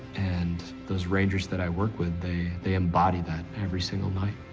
and those rangers that i work with, they, they embody that every single night.